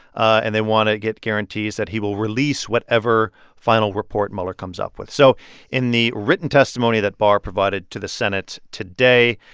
and they want to get guarantees guarantees that he will release whatever final report mueller comes up with so in the written testimony that barr provided to the senate today,